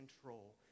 control